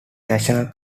national